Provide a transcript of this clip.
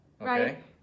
right